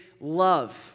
love